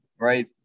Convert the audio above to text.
right